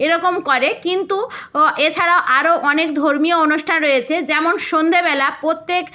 এরকম করে কিন্তু এছাড়া আরো অনেক ধর্মীয় অনুষ্ঠান রয়েছে যেমন সন্ধেবেলা প্রত্যেক